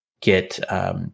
get